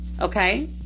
okay